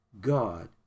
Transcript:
God